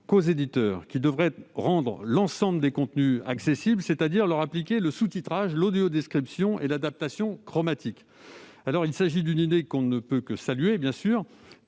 qu'aux éditeurs, qui devraient rendre l'ensemble des contenus accessibles, c'est-à-dire leur appliquer le sous-titrage, l'audiodescription et l'adaptation chromatique. On ne peut que saluer cette